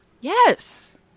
Yes